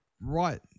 right